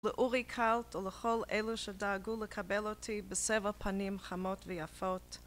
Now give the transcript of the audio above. לאורי קאלט, ולכל אלה שדאגו לקבל אותי בסבר פנים חמות ויפות.